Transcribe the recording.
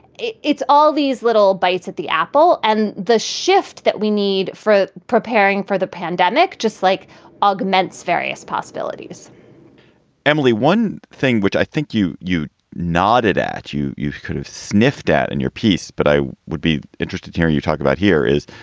it's it's all these little bite at the apple and the shift that we need for preparing. the pandemic just like augments various possibilities emily, one thing which i think you you nodded at, you you could have sniffed at in your piece, but i would be interested to hear you talk about here is